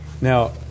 Now